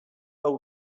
lau